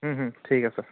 ঠিক আছে